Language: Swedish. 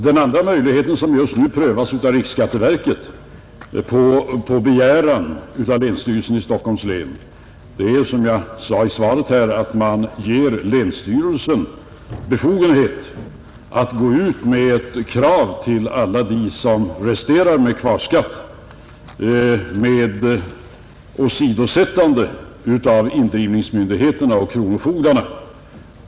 Den andra möjligheten som just nu prövas av riksskatteverket på begäran av länsstyrelsen i Stockholms län är som jag sade i svaret att man ger länsstyrelsen befogenhet att gå ut med ett krav till alla dem som resterar med kvarskatt med åsidosättande av indrivningsmyndigheterna och kronofogdarna.